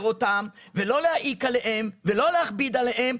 אותם ולא להעיק עליהם ולא להכביד עליהם,